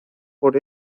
por